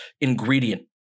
ingredient